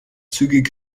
zügig